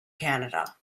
canada